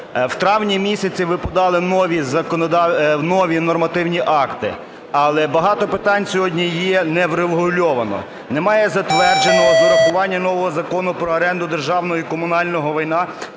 В травні місяці ви подали нові нормативні акти. Але багато питань сьогодні є не врегульовано. Нема затвердженого з урахування нового Закону про оренду державного і комунального майна